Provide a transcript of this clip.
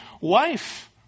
wife